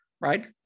right